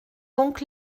donc